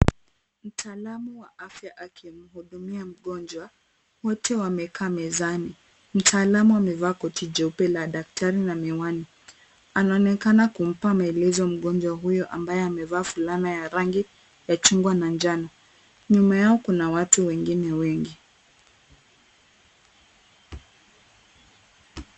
Mtaalamu wa afya akimhudumia mgonjwa. Wote wamekaa mezani. Mtaalamu amevaa koti jeupe la daktari na miwani. Anaonekana kumpa maelezo mgonjwa huyu ambaye amevaa fulana ya rangi ya chungwa na njano. Nyuma yao kuna watu wengine wengi.